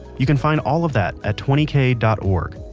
you can find all of that at twenty kay dot org.